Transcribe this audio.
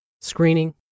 screening